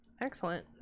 Excellent